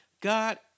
God